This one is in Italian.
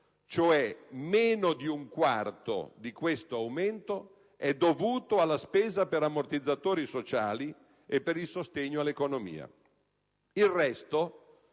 cioè meno di un quarto di questo aumento, è dovuto alla spesa per ammortizzatori sociali e per il sostegno all'economia. Il resto,